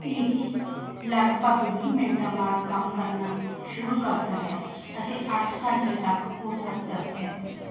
ਇਹ ਲਗਭਗ ਵੀਹ ਮਿੰਟਾਂ ਬਾਅਦ ਕੰਮ ਕਰਨਾ ਸ਼ੁਰੂ ਕਰਦਾ ਹੈ ਅਤੇ ਅੱਠ ਘੰਟੇ ਤੱਕ ਹੋ ਸਕਦਾ ਹੈ